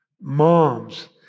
Moms